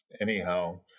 anyhow